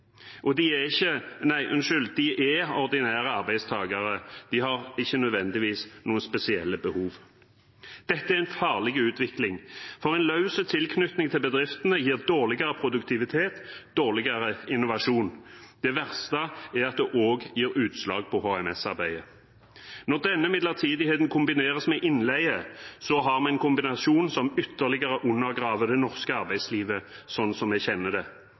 Og de er ordinære arbeidstakere; de har ikke nødvendigvis noen spesielle behov. Dette er en farlig utvikling, for en løs tilknytning til bedriftene gir dårligere produktivitet og dårligere innovasjon. Det verste er at det også gir utslag på HMS-arbeidet. Når denne midlertidigheten kombineres med innleie, har vi en kombinasjon som ytterligere undergraver det norske arbeidslivet sånn som vi kjenner det.